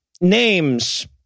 names